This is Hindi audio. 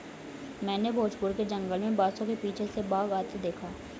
मैंने भोजपुर के जंगल में बांसों के पीछे से बाघ आते देखा